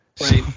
Right